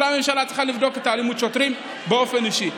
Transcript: ואולי הממשלה צריכה לבדוק את אלימות השוטרים באופן אישי,